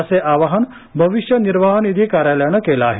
असे आवाहन भविष्य निर्वाह निधी कार्यालयानं केलं आहे